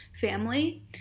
family